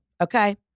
okay